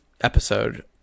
episode